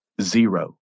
zero